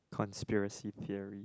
conspiracy theory